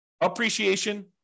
appreciation